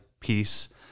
peace